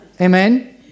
Amen